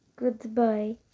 Goodbye